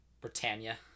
Britannia